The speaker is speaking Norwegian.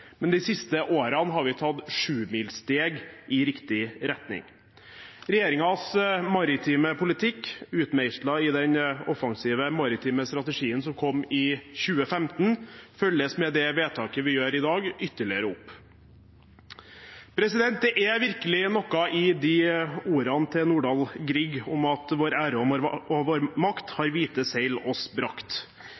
men de siste årene har vi tatt sjumilssteg i riktig retning. Regjeringens maritime politikk, utmeislet i den offensive maritime strategien som kom i 2015, følges med det vedtaket vi gjør i dag, ytterligere opp. Det er virkelig noe i Nordahl Griegs ord om at «vår ære og vår makt har